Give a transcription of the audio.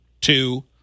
Two